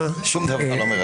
שום דבר לא מרגש אותו.